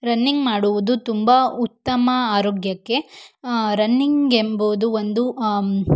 running ಮಾಡುವುದು ತುಂಬ ಉತ್ತಮ ಆರೋಗ್ಯಕ್ಕೆ ರನ್ನಿಂಗ್ ಎಂಬುದು ಒಂದು